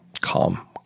calm